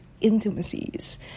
intimacies